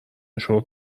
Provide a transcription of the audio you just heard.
شرت